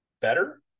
better